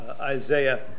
Isaiah